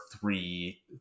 three